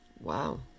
Wow